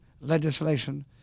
legislation